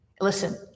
Listen